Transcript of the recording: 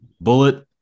Bullet